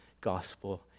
gospel